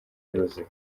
yuzuye